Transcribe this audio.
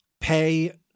pay